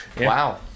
Wow